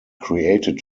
created